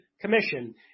Commission